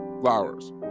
flowers